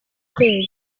ukwezi